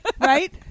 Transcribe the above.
right